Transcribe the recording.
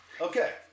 okay